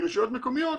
מרשויות מקומיות,